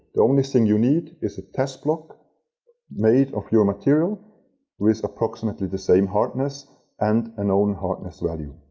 the only thing you need is a test block made of your material with approximately the same hardness and a known hardness value.